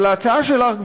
אבל ההצעה שלך,